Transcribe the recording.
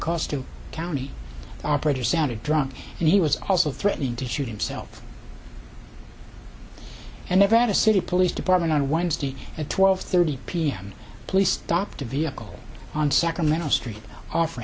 costa county operator santa drunk and he was also threatening to shoot himself and never had a city police department on wednesday at twelve thirty p m police stopped a vehicle on sacramento street off